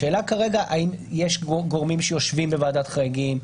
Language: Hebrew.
השאלה כרגע היא האם יש גורמים שיושבים בוועדת החריגים.